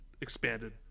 expanded